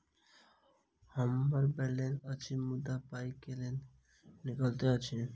हम्मर बैलेंस अछि मुदा पाई केल नहि निकलैत अछि?